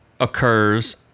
occurs